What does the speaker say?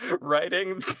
writing